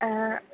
ആ